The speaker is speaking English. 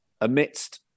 amidst